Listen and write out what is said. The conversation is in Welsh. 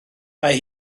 mae